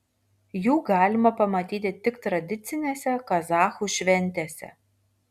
jų galima pamatyti tik tradicinėse kazachų šventėse